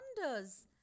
wonders